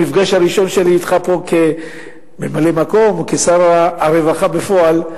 במפגש הראשון שלי אתך פה כממלא-מקום או כשר הרווחה בפועל.